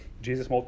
Jesus